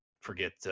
Forget